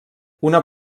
una